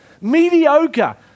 mediocre